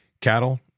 cattle